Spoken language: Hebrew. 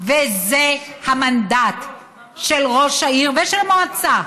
וזה המנדט של ראש העיר ושל מועצה: